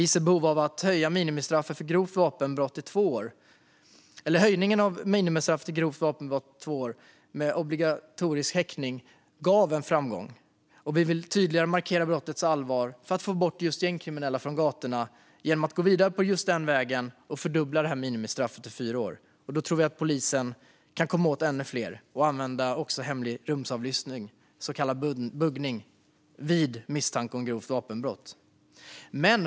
Höjningen av minimistraffet för grovt vapenbrott till två år med obligatorisk häktning gav en framgång. Vi vill tydligare markera brottets allvar för att få bort gängkriminella från gatorna genom att gå vidare på den vägen och fördubbla minimistraffet till fyra år. Därmed kan polisen komma åt ännu fler. Polisen ska även kunna använda hemlig rumsavlyssning, så kallad buggning, vid misstanke om grovt vapenbrott.